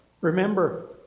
Remember